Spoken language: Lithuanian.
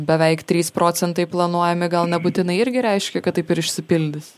beveik trys procentai planuojami gal nebūtinai irgi reiškia kad taip ir išsipildys